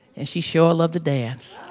and she sure loved the dance.